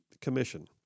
Commission